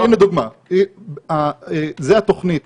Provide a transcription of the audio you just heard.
אבל הנה דוגמה, זאת התוכנית